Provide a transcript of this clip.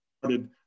started